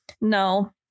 No